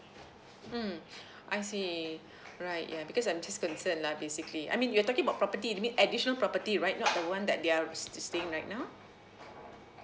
mm I see right yeah because I'm just concerned lah basically I mean you're talking about property you mean additional property right not the one that they are s~ s~ staying right now